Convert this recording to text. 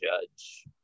judge